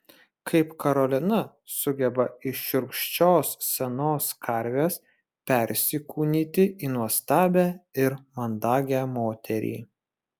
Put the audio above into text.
kaip karolina sugeba iš šiurkščios senos karvės persikūnyti į nuostabią ir mandagią moterį